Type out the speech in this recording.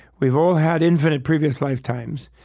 we've all had infinite previous lifetimes,